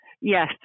Yes